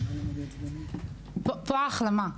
פה ההחלמה.